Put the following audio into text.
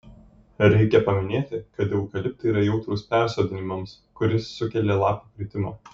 reikia paminėti kad eukaliptai yra jautrūs persodinimams kuris sukelia lapų kritimą